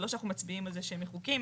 זה לא שאנחנו מצביעים על זה שהם מחוקים.